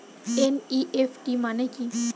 NEFT মনে কি?